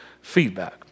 feedback